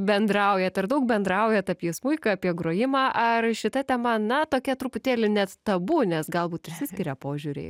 bendraujat ar daug bendraujat apie smuiką apie grojimą ar šita tema na tokia truputėlį net tabu nes galbūt išsiskiria požiūriai